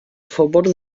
favor